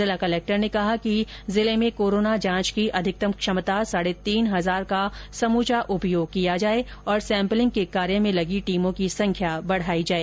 जिला कलेक्टर ने कहा कि जिले में कोरोना जांच की अधिकतम क्षमता साढे तीन हजार का समूचा उपयोग किया जाए और सैम्पलिंग के कार्य में लगी टीमों की संख्या बढाई जाए